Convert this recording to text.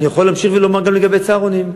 אני יכול להמשיך ולומר גם לגבי צהרונים,